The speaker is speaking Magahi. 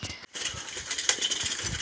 मोहिनी लेन देनेर तने खाता खोलवार तरीका पूछले